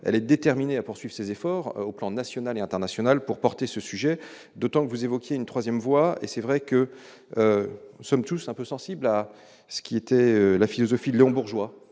elle est déterminée à poursuivre ses efforts au plan national et international pour porter ce sujet, d'autant que vous évoquiez une 3ème voie et c'est vrai que nous sommes tous un peu sensible à ce qui était la philosophie long bourgeois